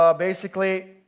um basically,